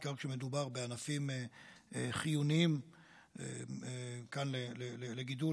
בעיקר כשמדובר בענפים חיוניים כאן לגידול